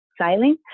sailing